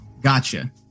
Gotcha